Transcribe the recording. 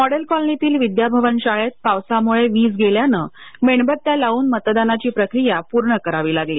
model कॉलनीतील विद्याभवन शाळेत पावसामुळे वीज गेल्यानं मेणबत्त्या लाऊन मतदानाची प्रक्रिया पूर्ण करावी लागली